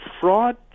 fraud